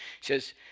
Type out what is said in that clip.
says